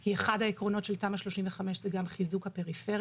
כי אחד העקרונות של תמ"א 35 זה גם חיזוק הפריפריה,